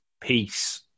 Peace